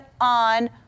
on